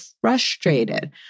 frustrated